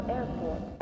Airport